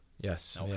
Yes